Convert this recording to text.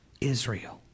Israel